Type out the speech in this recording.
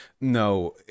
no